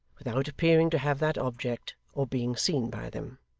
without appearing to have that object, or being seen by them.